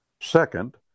Second